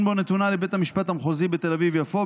בו נתונה לבית המשפט המחוזי בתל אביב-יפו,